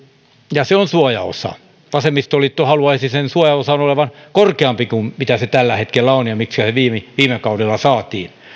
ja se on suojaosa vasemmistoliitto haluaisi sen suojaosan olevan korkeampi kuin mitä se tällä hetkellä on ja mihin se viime kaudella saatiin